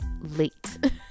late